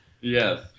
Yes